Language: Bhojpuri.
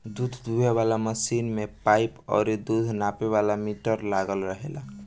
दूध दूहे वाला मशीन में पाइप और दूध नापे वाला मीटर लागल रहेला